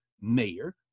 mayor